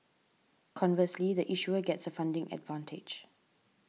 conversely the issuer gets funding advantage